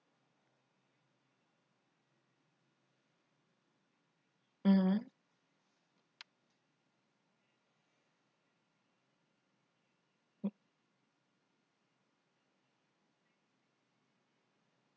mmhmm mm